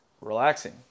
relaxing